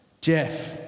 Jeff